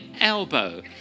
elbow